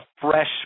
fresh